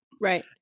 Right